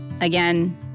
Again